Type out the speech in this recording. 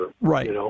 Right